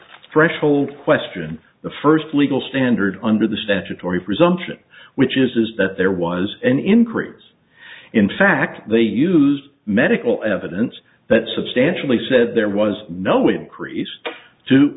threshold question the first legal standard under the statutory presumption which is that there was an increase in fact they used medical evidence that substantially said there was no increase to